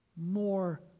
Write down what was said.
more